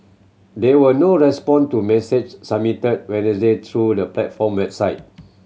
there was no response to a message submitted through the platform website